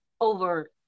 over